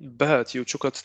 bet jaučiu kad